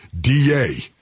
DA